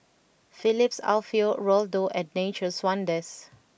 Phillips Alfio Raldo and Nature's Wonders